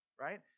right